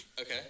Okay